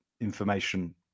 information